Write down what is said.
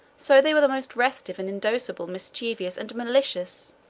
so they were the most restive and indocible, mischievous and malicious